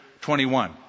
21